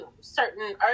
certain